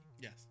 Yes